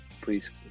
Please